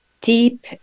deep